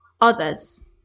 others